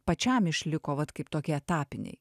pačiam išliko vat kaip tokie etapiniai